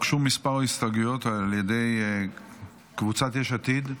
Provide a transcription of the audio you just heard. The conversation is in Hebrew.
הוגשו כמה הסתייגויות: על ידי קבוצת סיעת יש עתיד,